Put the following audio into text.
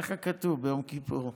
ככה כתוב ביום כיפור.